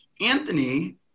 Anthony